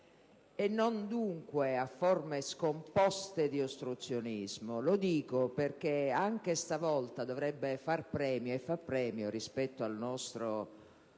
e non dunque a forme scomposte di ostruzionismo. Lo dico perché anche stavolta dovrebbe fare premio, e fa premio, rispetto alla nostra